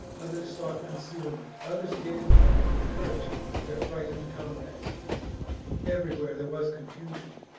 others sought concealment, others again tried to en courage their frightened comrades everywhere there was confusion.